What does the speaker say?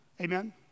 Amen